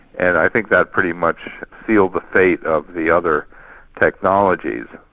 and i think that pretty much sealed the fate of the other technologies.